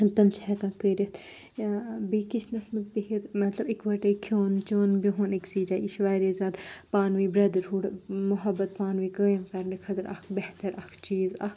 تِم چھِ ہؠکان کٔرِتھ یا بیٚیہِ کچنس منٛز بِہِتھ مَطلب اِکوَٹے کھؠون چؠوٚن بہُن ٲکسٕے جایہِ یہِ چھِ واریاہ زیادٕ پانہٕ وٕنۍ برٛیدَر ہُڈ محبت پانہٕ وٕنۍ قٲیِم کَرنہٕ خٲطرٕ اَکھ بہتر اَکھ چیٖز اَکھ